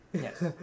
Yes